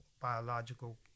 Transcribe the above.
biological